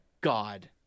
God